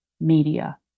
media